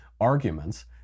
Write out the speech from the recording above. arguments